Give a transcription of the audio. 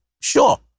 Sure